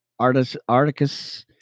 Articus